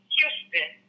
Houston